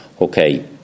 okay